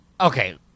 Okay